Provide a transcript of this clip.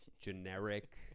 generic